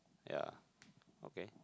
yeah okay